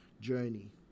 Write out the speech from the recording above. journey